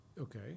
Okay